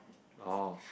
oh